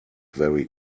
very